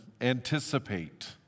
anticipate